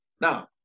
now